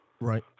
Right